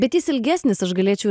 bet jis ilgesnis aš galėčiau ir